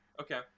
Okay